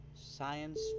Science